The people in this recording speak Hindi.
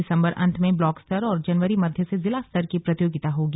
दिसंबर अंत में ब्लॉक स्तर और जनवरी मध्य से जिला स्तर की प्रतियोगिता होगी